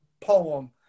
poem